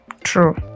true